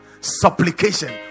Supplication